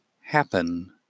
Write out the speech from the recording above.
happen